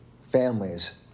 families